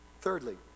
Thirdly